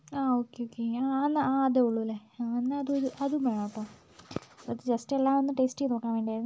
ആ okay okay ആ അതേ ഉള്ളൂല്ലേ എന്ന അതും അതും വേണോട്ടൊ എന്നിട്ട് ജസ്റ്റ് എല്ലാം ഒന്ന് ടേസ്റ്റ് ചെയ്ത് നോക്കാൻ വേണ്ടീയായിരുന്നു